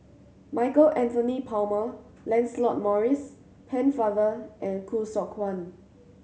Michael Anthony Palmer Lancelot Maurice Pennefather and Khoo Seok Wan